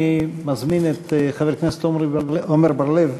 אני מזמין את חבר הכנסת עמר בר-לב.